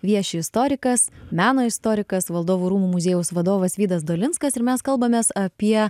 vieši istorikas meno istorikas valdovų rūmų muziejaus vadovas vydas dolinskas ir mes kalbamės apie